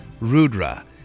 Rudra